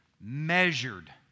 measured